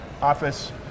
office